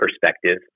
perspective